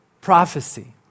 prophecy